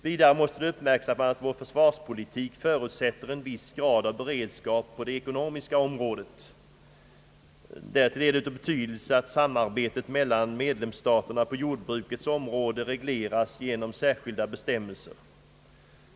Vidare måste uppmärksammas att vår försvarspolitik förutsätter en viss grad av beredskap på det ekonomiska området. Därtill är det av betydelse att samarbetet mellan medlemsstaterna på jordbrukets område regleras genom särskilda bestämmelser.